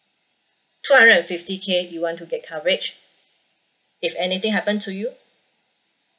two hundred and fifty K you want to get coverage if anything happen to you